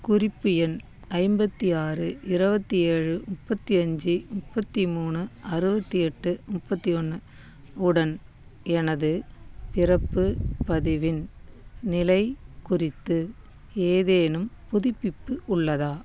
குறிப்பு எண் ஐம்பத்தி ஆறு இருபத்தி ஏழு முப்பத்தி அஞ்சு முப்பத்தி மூணு அறுபத்தி எட்டு முப்பத்தி ஒன்று உடன் எனது பிறப்பு பதிவின் நிலை குறித்து ஏதேனும் புதுப்பிப்பு உள்ளதா